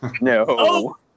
no